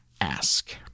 ask